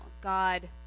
God